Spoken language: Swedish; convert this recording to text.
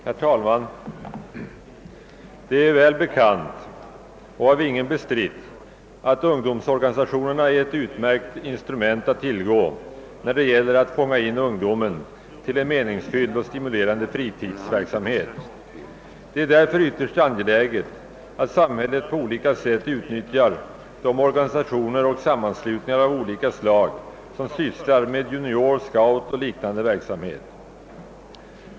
Herr talman! Det är väl bekant och av ingen bestritt att ungdomsorganisationerna är ett utmärkt instrument att tillgå när det gäller att fånga in ungdomen till en meningsfylld och stimulerande fritidsverksamhet. Det är därför ytterst angeläget att samhället på olika sätt utnyttjar de organisationer och sammanslutningar av olika slag som sysslar med junior-, scoutoch liknande verksamhet.